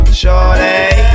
shorty